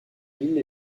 lille